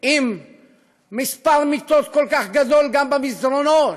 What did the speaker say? עם מספר מיטות כל כך גדול גם במסדרונות,